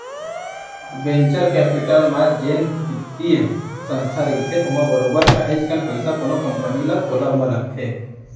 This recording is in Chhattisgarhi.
वेंचर कैपिटल म जेन बित्तीय संस्था रहिथे ओमा बरोबर काहेच कन पइसा कोनो कंपनी ल खोलब म लगथे